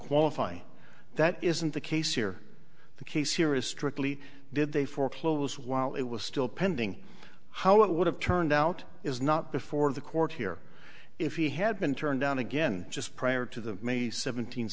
qualify that isn't the case here the case here is strictly did they foreclose while it was still pending how it would have turned out is not before the court here if he had been turned down again just prior to the may seventeenth